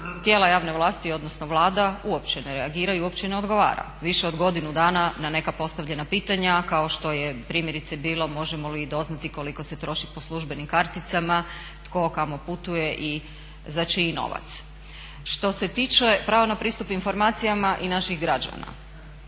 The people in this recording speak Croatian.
tijela javne vlasti odnosno Vlada uopće ne reagiraju i uopće ne odgovara. Više od godinu dana na neka postavljena pitanja kao što je primjerice bilo možemo li doznati koliko se troši po službenim karticama, tko kamo putuje i za čiji novac. Što se tiče prava na pristup informacijama i naših građana,